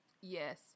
Yes